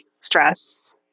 stress